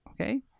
okay